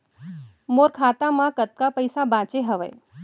मोर खाता मा कतका पइसा बांचे हवय?